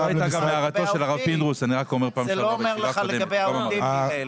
זה לא אומר לגבי העובדים, הלל.